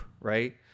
right